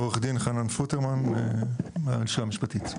עו"ד חנן פוטרמן, מהלשכה המשפטית.